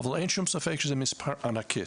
אבל אין שום ספק שזה מספר ענקי.